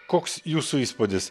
koks jūsų įspūdis